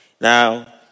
Now